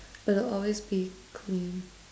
but it'll always be clean